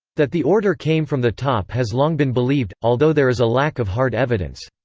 that the order came from the top has long been believed, although there is a lack of hard evidence.